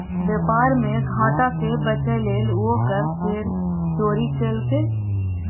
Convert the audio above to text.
बेपार मे घाटा सँ बचय लेल ओ कर केर चोरी केलकै